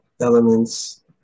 elements